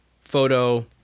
photo